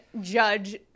Judge